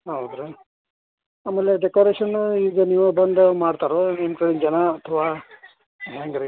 ಹೌದಾ ಆಮೇಲೆ ಡೆಕೋರೇಷನ ಈಗ ನೀವೇ ಬಂದು ಮಾಡ್ತೀರೋ ನಿಮ್ಮ ಕಡಿನ ಜನ ಅಥವಾ ಹ್ಯಾಂಗೆ ರೀ